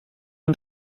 une